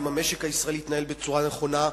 אם המשק הישראלי יתנהל בצורה נכונה,